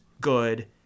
good